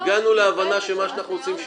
הגענו להבנה של מה שאנחנו רוצים שיהיה.